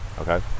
okay